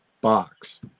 box